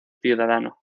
ciudadano